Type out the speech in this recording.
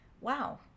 wow